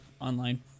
online